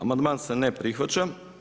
Amandman se ne prihvaća.